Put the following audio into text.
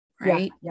right